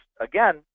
again